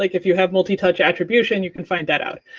like if you have multi-touch attribution, you can find that out.